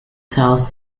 tells